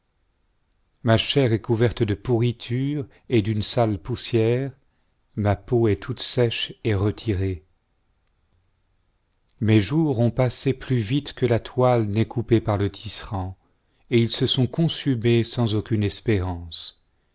ma chair est couverte de pourri ture et d'une sale poussière ma peau i est toute sèche et retirée mes jours ont passé plus vite que la toile n'est coupée par le tisserand et ils se sont consumés sans aucune espérance